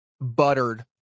buttered